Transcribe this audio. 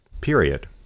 period